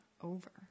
over